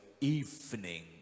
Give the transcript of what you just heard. evening